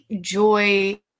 joy